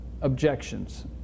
objections